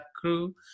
crew